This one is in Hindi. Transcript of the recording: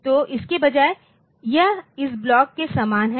तो इसके बजाय यह इस ब्लॉक के समान है